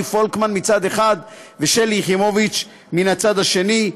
פולקמן מצד אחד ושלי יחימוביץ מן הצד השני,